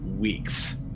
weeks